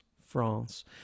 France